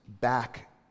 back